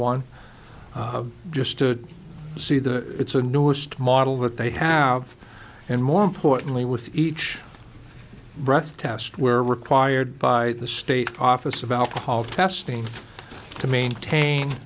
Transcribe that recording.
one just to see the it's a newest model that they have and more importantly with each breath test were required by the state office of alcohol testing to maintain